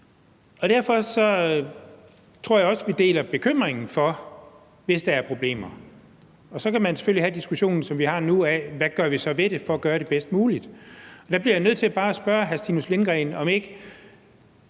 Derfor tror jeg også, vi deler bekymringen for det, hvis der er problemer. Så kan man selvfølgelig have diskussionen, som vi har nu, af, hvad vi så gør for at gøre det bedst muligt. Der bliver jeg bare nødt til at spørge hr. Stinus Lindgreen, om ikke